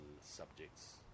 subjects